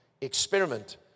experiment